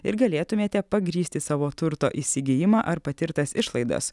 ir galėtumėte pagrįsti savo turto įsigijimą ar patirtas išlaidas